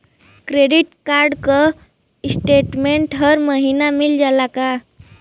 Credit card क statement हर महिना मिल जाला का?